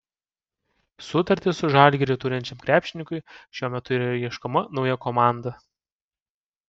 sutartį su žalgiriu turinčiam krepšininkui šiuo metu yra ieškoma nauja komanda